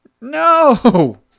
no